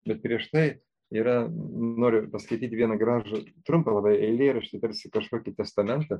bet prieš tai yra noriu paskaityti vieną gražų trumpą labai eilėraštį tarsi kažkokį testamentą